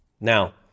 Now